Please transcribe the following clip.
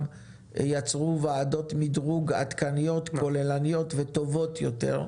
שיצרו ועדות מדרוג עדכניות כוללניות וטובות יותר.